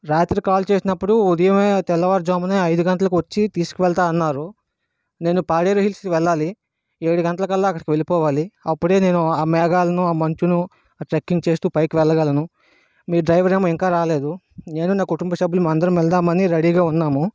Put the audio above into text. రాత్రి కాల్ చేసినప్పుడు ఉదయమే తెల్లవారుజామునే ఐదు గంటలకు వచ్చి తీసుకు వెళతా అన్నారు నేను పాడేరు హిల్స్కి వెళ్ళాలి ఏడు గంటలకల్లా అక్కడికి వెళ్ళిపోవాలి అప్పుడే నేను ఆ మేఘాలను ఆ మంచును ఆ ట్రెక్కింగ్ చేస్తూ పైకి వెళ్ళగలను మీ డ్రైవర్ ఏమో ఇంకా రాలేదు నేను మా కుటుంబ సభ్యులము అందరమూ వెళదామని రెడీగా ఉన్నాము